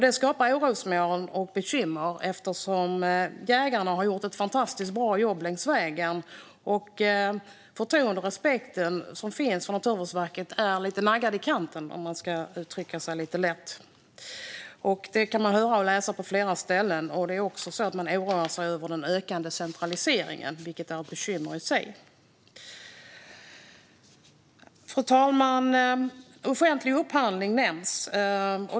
Detta skapar orosmoln och bekymmer, eftersom jägarna har gjort ett fantastiskt bra jobb längs vägen. Det förtroende och den respekt som finns för Naturvårdsverket är lite naggat i kanten, för att uttrycka sig milt. Det går att höra och läsa på flera ställen. Man oroar sig också för den ökade centraliseringen, vilket är ett bekymmer i sig. Fru talman! Offentlig upphandling nämns.